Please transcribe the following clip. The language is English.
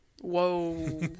Whoa